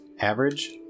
average